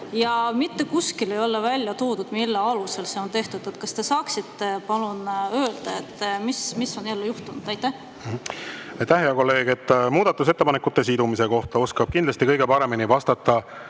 Ja mitte kuskil ei ole välja toodud, mille alusel seda on tehtud. Kas te saaksite palun öelda, mis on jälle juhtunud? Aitäh, hea kolleeg! Muudatusettepanekute sidumise kohta oskab kindlasti kõige paremini vastata